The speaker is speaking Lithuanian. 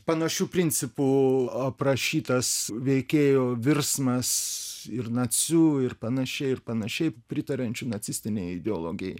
panašiu principu aprašytas veikėjo virsmas ir naciu ir panašiai ir panašiai pritariančiu nacistinei ideologijai